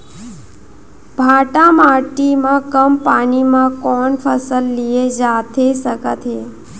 भांठा माटी मा कम पानी मा कौन फसल लिए जाथे सकत हे?